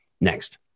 Next